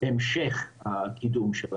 בהמשך הקידום של הנושא.